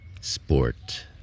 Sport